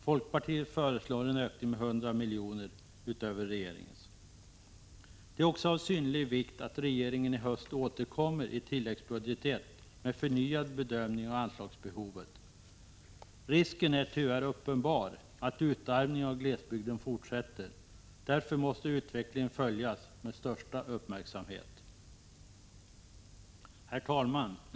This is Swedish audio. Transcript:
Folkpartiet föreslår en ökning med 100 miljoner utöver regeringens förslag. Det är också av synnerlig vikt att regeringen i höst återkommer i tilläggsbudget I med förnyad bedömning av anslagsbehovet. Risken är tyvärr uppenbar att utarmningen av glesbygden fortsätter. Därför måste utvecklingen följas med största uppmärksamhet. Herr talman!